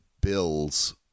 Bills –